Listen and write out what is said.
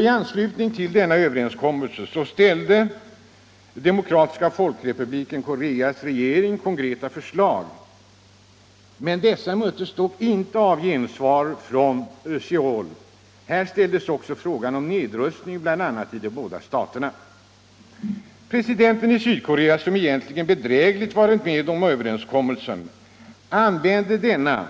I anslutning till denna överenskommelse framställde Demokratiska folkrepubliken Koreas regering konkreta förslag, men dessa möttes inte av gensvar från Söul. Här ställdes bl.a. också frågan om nedrustning i de båda staterna. Presidenten i Sydkorea, som egentligen bedrägligt varit med om överenskommelsen, använde denna